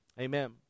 Amen